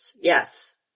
yes